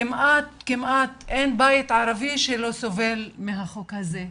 כמעט אין בית ערבי שלא סובל מהחוק הזה,